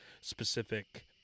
specific